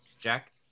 Jack